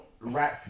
right